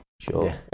Sure